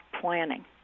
planning